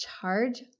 charge